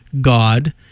God